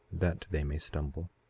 that they may stumble.